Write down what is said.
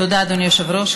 תודה, אדוני היושב-ראש.